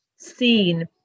seen